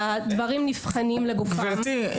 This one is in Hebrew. והדברים נבחנים לגופם --- גבירתי,